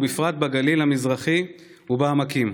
ובפרט בגליל המזרחי ובעמקים.